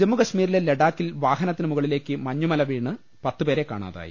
ജമ്മു കശ്മീരില്ലെ ലഡാക്കിൽ വാഹനത്തിന് മുകളിലേക്ക് മഞ്ഞ് വീണ് പിത്ത് പേരെ കാണാതായി